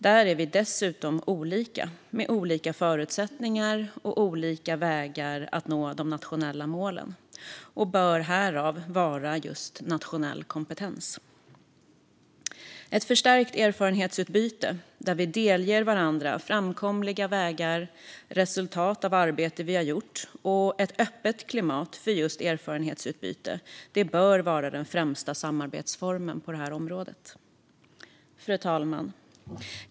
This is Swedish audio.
Där är vi dessutom olika, med olika förutsättningar och olika vägar för att nå de nationella målen. Just därför bör detta vara en nationell kompetens. Ett förstärkt erfarenhetsutbyte där vi delger varandra framkomliga vägar och resultat av arbete vi har gjort och har ett öppet klimat för just erfarenhetsutbyte bör vara den främsta samarbetsformen på området. Fru talman!